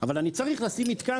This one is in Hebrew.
אבל אני צריך לשים מתקן.